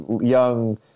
young